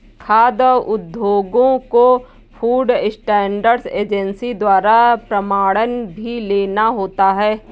खाद्य उद्योगों को फूड स्टैंडर्ड एजेंसी द्वारा प्रमाणन भी लेना होता है